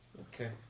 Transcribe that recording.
Okay